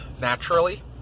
Naturally